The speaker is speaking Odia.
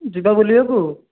ଯିବା ବୁଲିବାକୁ